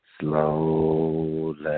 slowly